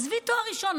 עזבי תואר ראשון,